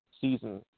season